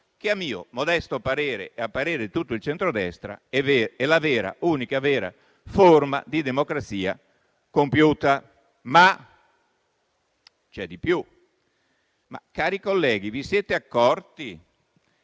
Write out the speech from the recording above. che - a mio modesto parere e a parere di tutto il centrodestra - è l'unica vera forma di democrazia compiuta. Ma c'è di più: cari colleghi, vi siete accorti